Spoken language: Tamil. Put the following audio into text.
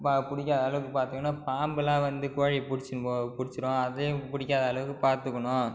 ப பிடிக்காத அளவுக்கு பார்த்துக்குணும் பாம்புலாம் வந்து கோழியை பிடிச்சுன்னு போ பிடிச்சுடும் அதையும் பிடிக்காத அளவுக்கு பார்த்துக்குணும்